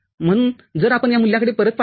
म्हणून जर आपण या मूल्याकडे परत पाहिले